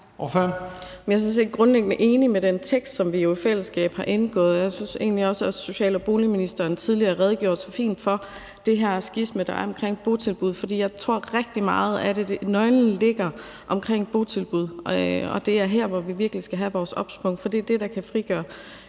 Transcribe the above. set grundlæggende enig i den tekst, som vi jo i fællesskab er blevet enige om. Jeg synes egentlig også, at social- og boligministeren tidligere redegjorde så fint for det her skisma, der er omkring botilbud. Jeg tror, botilbud er nøglen. Det er her, hvor vi virkelig skal have vores obspunkt, for det er det, der kan frigøre